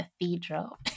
cathedral